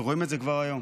ורואים את זה כבר היום.